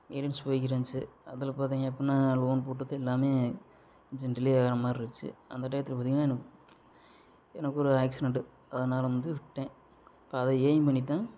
maintenance போயிக்கிட்டிருந்துச்சு அதில் பார்த்திங்கனா அப்படின்னா லோன் போட்டது எல்லாமே கொஞ்சம் டிளே ஆகிற மாதிரி இருந்துச்சு அந்த டயத்தில் பார்த்திங்கனா எனக்கு ஒரு ஆக்சிடண்ட்டு அதனால வந்து விட்டேன் இப்போ அதை எயிம் பண்ணித்தான்